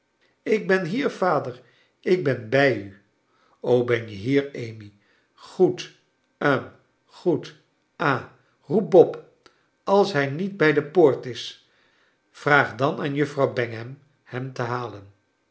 ik ben hier vader ik ben bij u ben je hier amy goed hm good ha roep bob als hij niet bij de poort is vraag dan aan juffrouw bangham hem te halen